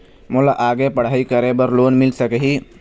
मोला आगे पढ़ई करे बर लोन मिल सकही?